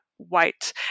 White